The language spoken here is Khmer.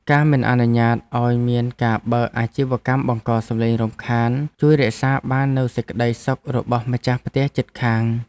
ការមិនអនុញ្ញាតឱ្យមានការបើកអាជីវកម្មបង្កសំឡេងរំខានជួយរក្សាបាននូវសេចក្តីសុខរបស់ម្ចាស់ផ្ទះជិតខាង។